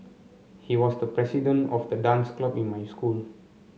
he was the president of the dance club in my school